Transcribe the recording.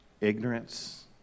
Ignorance